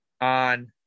on